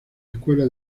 escuela